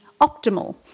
optimal